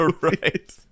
Right